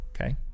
Okay